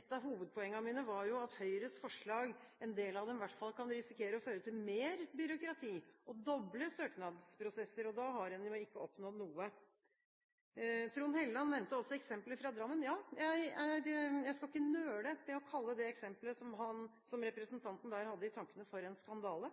et av hovedpoengene mine var at Høyres forslag, en del av dem i hvert fall, kan føre til at en risikerer mer byråkrati og doble søknadsprosesser, og da har en ikke oppnådd noe. Trond Helleland nevnte også eksempler, bl.a. fra Drammen. Ja, jeg skal ikke nøle med å kalle det eksemplet som representanten der hadde i tankene, for en skandale.